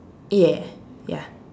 yeah ya